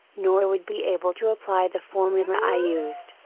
nor would be able to apply the formula i used,